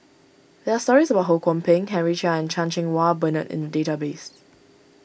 there are stories about Ho Kwon Ping Henry Chia and Chan Cheng Wah Bernard in the database